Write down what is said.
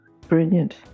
Brilliant